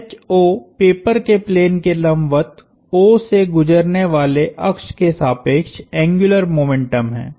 तो यह पेपर के प्लेन के लंबवत O से गुजरने वाले अक्ष के सापेक्ष एंग्युलर मोमेंटम है